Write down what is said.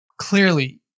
clearly